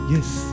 Yes